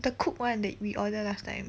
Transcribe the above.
the cooked one that we order last time